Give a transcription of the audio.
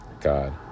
God